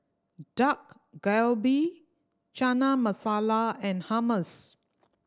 Dak Galbi Chana Masala and Hummus